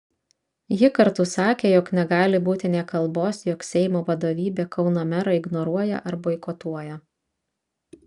ji kartu sakė jog negali būti nė kalbos jog seimo vadovybė kauno merą ignoruoja ar boikotuoja